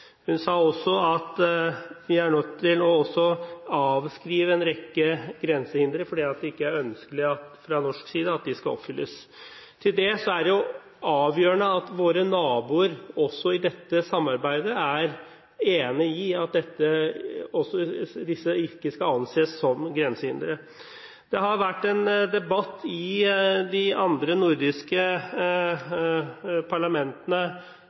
Hun sa også at vi er nødt til å avskrive en rekke grensehindre fordi det fra norsk side ikke er ønskelig at de skal oppfylles. Det er avgjørende at våre naboer, også i dette samarbeidet, er enig i at disse ikke skal anses som grensehindre. Det har vært en debatt i de andre nordiske parlamentene